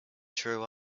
true